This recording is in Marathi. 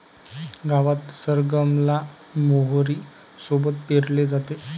गावात सरगम ला मोहरी सोबत पेरले जाते